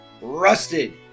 rusted